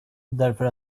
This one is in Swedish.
därför